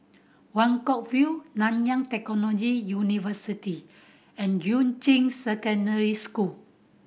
Buangkok View Nanyang Technological University and Yuan Ching Secondary School